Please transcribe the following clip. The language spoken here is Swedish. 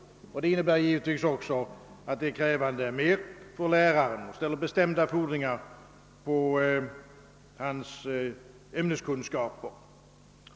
Det innebär givetvis, att den också är mer krävande för läraren; den ställer bestämda fordringar på hans ämneskunskaper.